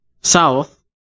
South